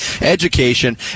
education